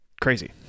crazy